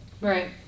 Right